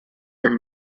are